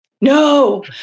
No